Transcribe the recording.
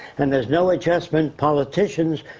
and there's no adjustment politicians,